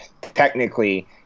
technically